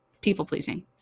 People-pleasing